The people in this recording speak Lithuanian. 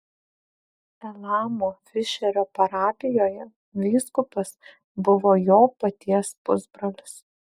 elamo fišerio parapijoje vyskupas buvo jo paties pusbrolis